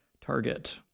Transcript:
target